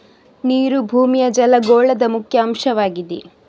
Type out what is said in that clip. ನೀರು ಭೂಮಿಯ ಜಲಗೋಳದ ಮುಖ್ಯ ಅಂಶವಾಗಿದೆ